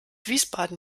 wiesbaden